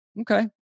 Okay